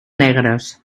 negres